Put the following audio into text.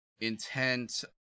intent